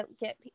get